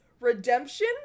redemption